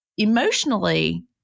emotionally